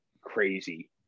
crazy